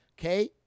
okay